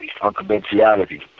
unconventionality